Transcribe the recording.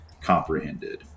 comprehended